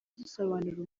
risobanura